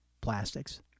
plastics